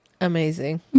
Amazing